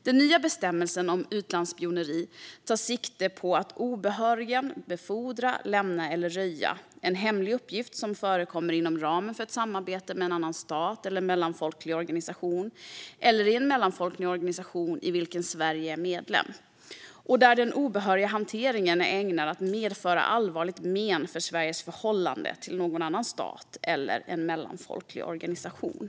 Den nya bestämmelsen om utlandsspioneri tar sikte på handlingen att obehörigen befordra, lämna eller röja en hemlig uppgift som förekommer inom ramen för ett samarbete med en annan stat eller en mellanfolklig organisation eller i en mellanfolklig organisation i vilken Sverige är medlem, där den obehöriga hanteringen är ägnad att medföra allvarligt men för Sveriges förhållande till någon annan stat eller en mellanfolklig organisation.